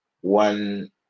one